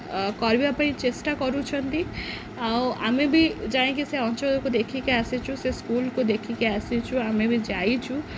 କରିବା ପାଇଁ ଚେଷ୍ଟା କରୁଛନ୍ତି ଆଉ ଆମେ ବି ଯାଇକି ସେ ଅଞ୍ଚଳକୁ ଦେଖିକି ଆସିଛୁ ସେ ସ୍କୁଲ୍କୁ ଦେଖିକି ଆସିଛୁ ଆମେ ବି ଯାଇଛୁ